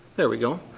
there we go.